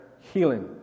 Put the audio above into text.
healing